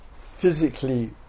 physically